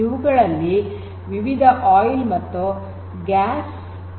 ಇವುಗಳನ್ನು ವಿವಿಧ ಆಯಿಲ್ ಮತ್ತು ಗ್ಯಾಸ್ ಇಂಡಸ್ಟ್ರಿ ಗಳಲ್ಲಿ ಉಪಯೋಗಿಸಲಾಗುತ್ತದೆ